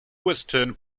western